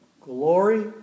glory